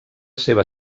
seva